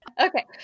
Okay